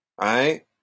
right